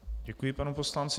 Děkuji panu poslanci.